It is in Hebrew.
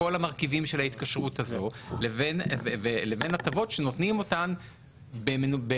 כל המרכיבים של ההתקשרות הזאת לבין הטבות שנותנים אותן באופן